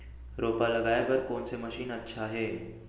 रोपा लगाय बर कोन से मशीन अच्छा हे?